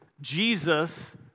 Jesus